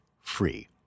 free